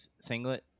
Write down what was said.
singlet